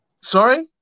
Sorry